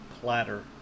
platter